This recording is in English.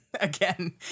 again